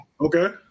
Okay